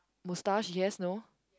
moustache yes no